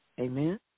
Amen